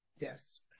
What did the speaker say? Yes